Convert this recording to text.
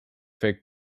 fake